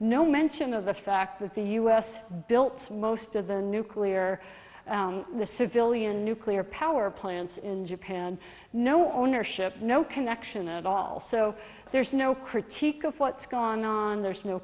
no mention of the fact that the u s built most of the nuclear the civilian nuclear power plants in japan no ownership no connection at all so there's no critique of what's gone on there's no